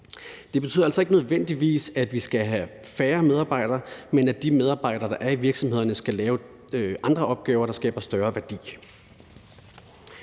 Det betyder altså ikke nødvendigvis, at vi skal have færre medarbejdere, men at de medarbejdere, der er i virksomhederne, skal lave andre opgaver, der skaber større værdi.